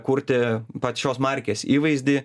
kurti pačios markės įvaizdį